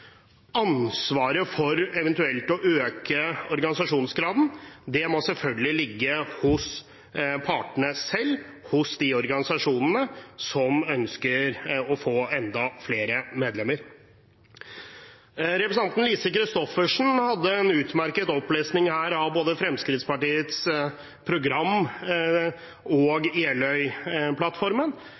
Ansvaret for eventuelt å øke organisasjonsgraden må selvfølgelig ligge hos partene selv, hos de organisasjonene som ønsker å få enda flere medlemmer. Representanten Lise Christoffersen hadde en utmerket opplesning her fra både Fremskrittspartiets program og